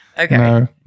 Okay